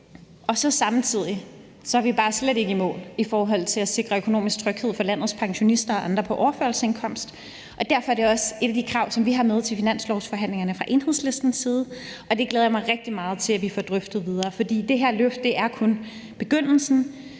gang. Samtidig er vi bare slet ikke i mål i forhold til at sikre økonomisk tryghed for landets pensionister og andre på overførselsindkomster, og derfor er det også et af de krav, som vi har med til finanslovsforhandlingerne fra Enhedslistens side, og det glæder jeg mig rigtig meget til at vi får drøftet videre. For det her løft er kun begyndelsen.